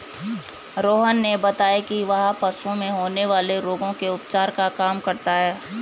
रोहन ने बताया कि वह पशुओं में होने वाले रोगों के उपचार का काम करता है